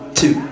two